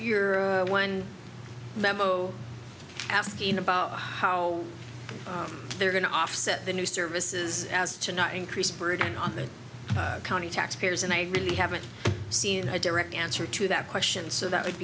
member asking about how they're going to offset the new services as to not increase burden on the county taxpayers and i really haven't seen a direct answer to that question so that would